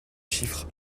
chiffre